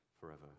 forever